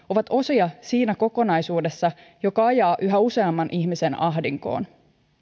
ovat osia siinä kokonaisuudessa joka ajaa yhä useamman ihmisen ahdinkoon